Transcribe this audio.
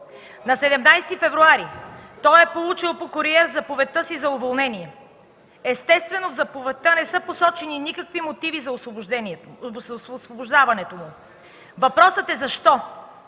На 17 февруари 2014 г. той е получил по куриер заповедта си за уволнение. Естествено, в заповедта не са посочени никакви мотиви за освобождаването му. Въпросът е: защо?